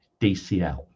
dcl